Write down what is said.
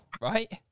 right